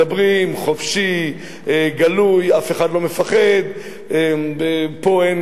מדברים חופשי, גלוי, אף אחד לא מפחד, פה אין